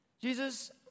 Jesus